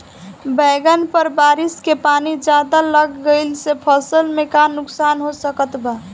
बैंगन पर बारिश के पानी ज्यादा लग गईला से फसल में का नुकसान हो सकत बा?